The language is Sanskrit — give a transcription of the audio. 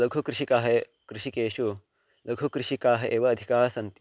लघुकृषिकाः कृषिकेषु लघुकृषिकाः एव अधिकाः सन्ति